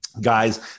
guys